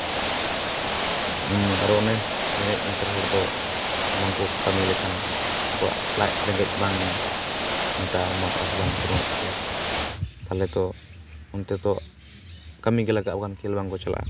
ᱟᱨᱚ ᱚᱱᱮ ᱨᱮᱸᱜᱮᱡ ᱱᱟᱪᱟᱨ ᱦᱚᱲ ᱫᱚ ᱵᱟᱝᱠᱚ ᱠᱟᱹᱢᱤ ᱞᱮᱠᱷᱟᱱ ᱩᱱᱠᱩᱣᱟᱜ ᱞᱟᱡ ᱨᱮᱸᱜᱮᱡ ᱵᱟᱝ ᱢᱮᱴᱟᱣᱟᱢᱟ ᱟᱥ ᱵᱟᱝ ᱯᱩᱨᱩᱱᱚᱜ ᱛᱟᱠᱚᱣᱟ ᱛᱟᱞᱚᱦᱮ ᱛᱚ ᱚᱱᱛᱮ ᱛᱚ ᱟᱹᱢᱤ ᱜᱮ ᱞᱟᱜᱟᱜᱼᱟ ᱵᱟᱝ ᱠᱷᱮᱞ ᱵᱟᱝ ᱠᱚ ᱪᱟᱞᱟᱜᱼᱟ